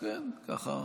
כן, ככה,